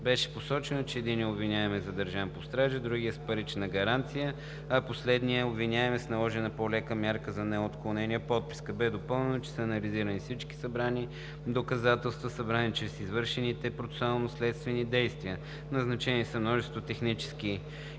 Беше посочено, че единият обвиняем е бил задържан под стража, другият е с парична гаранция, а последният обвиняем е с наложена по-лека мярка за неотклонение „подписка“. Беше допълнено, че са анализирани всички събрани доказателства, събрани чрез извършените процесуално-следствени действия. Назначени са множество технически